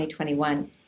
2021